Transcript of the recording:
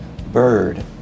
bird